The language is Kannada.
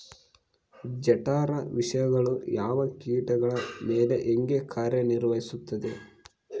ಜಠರ ವಿಷಯಗಳು ಯಾವ ಕೇಟಗಳ ಮೇಲೆ ಹೇಗೆ ಕಾರ್ಯ ನಿರ್ವಹಿಸುತ್ತದೆ?